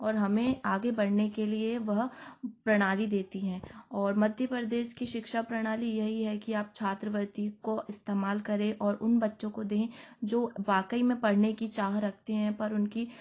और हमें आगे बढ़ने के लिए वह प्रणाली देती हैं और मध्य प्रदेश की शिक्षा प्रणाली यही है कि आप छात्रवृत्ति को इस्तमाल करें और उन बच्चों को दें जो वाकई में पढ़ने की चाह रखते हैं पर उनकी